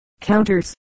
counters